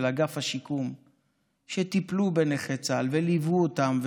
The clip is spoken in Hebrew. אגף השיקום שטיפלו בנכי צה"ל וליוו אותם,